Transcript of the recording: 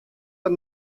der